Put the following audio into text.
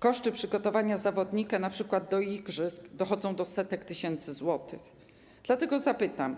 Koszty przygotowania zawodnika np. do igrzysk wynoszą setki tysięcy złotych, dlatego zapytam: